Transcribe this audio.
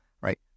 right